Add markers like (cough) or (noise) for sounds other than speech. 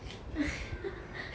(laughs)